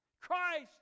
Christ